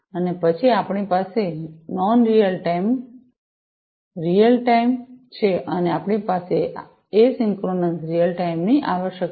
અને પછી આપણી પાસે આપણી પાસે non real time real time છે અને પછી આપણી પાસે આઇસોક્રોનસ રીઅલ ટાઇમની આવશ્યકતાઓ છે